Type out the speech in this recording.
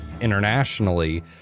Internationally